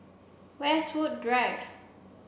Westwood Drive